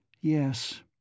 Yes